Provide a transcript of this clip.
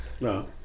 No